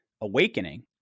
awakening